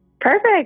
Perfect